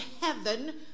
heaven